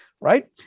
right